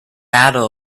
battle